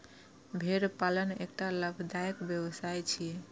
भेड़ पालन एकटा लाभदायक व्यवसाय छियै